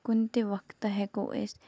کُنتہِ وقتہٕ ہیٚکو أسۍ